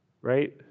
right